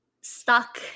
stuck